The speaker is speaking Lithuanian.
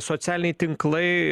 socialiniai tinklai